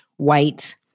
white